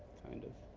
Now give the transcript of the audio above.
kind of